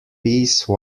piece